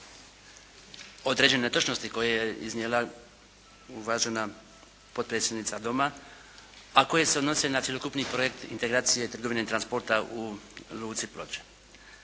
određene netočnosti koje je iznijela uvažena potpredsjednica Doma a koje se odnosi na cjelokupni projekt integracije trgovine i transporta u Luci Ploče.